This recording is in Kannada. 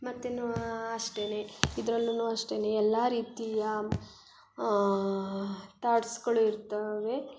ಮತ್ತು ಏನು ಅಷ್ಟೇ ಇದ್ರಲ್ಲೂ ಅಷ್ಟೇ ಎಲ್ಲ ರೀತಿಯ ತಾಟ್ಸ್ಗಳು ಇರ್ತವೆ